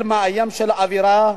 צל מאיים של עבירה.